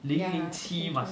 ya true true